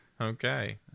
Okay